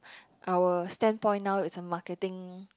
our standpoint now is a marketing